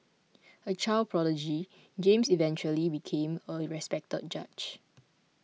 a child prodigy James eventually became a respected judge